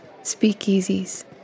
speakeasies